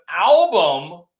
album